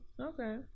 Okay